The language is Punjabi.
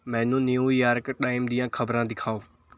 ਮੈਨੂੰ ਨਿਊ ਯਾਰਕ ਟਾਈਮ ਦੀਆਂ ਖਬਰਾਂ ਦਿਖਾਓ